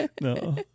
no